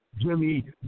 Jimmy